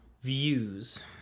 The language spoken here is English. Views